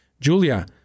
Julia